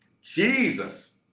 Jesus